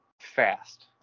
fast